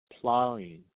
plowing